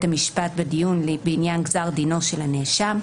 המשפט בדיון בעניין גזר דינו של הנאשם,